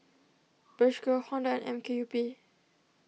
Bershka Honda and M K U P